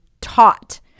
taught